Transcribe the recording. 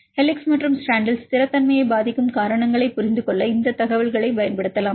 helix மற்றும் ஸ்ட்ராண்டில் ஸ்திரத்தன்மையை பாதிக்கும் காரணிகளைப் புரிந்துகொள்ள இந்த தகவலைப் பயன்படுத்தலாம்